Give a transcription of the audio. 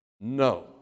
No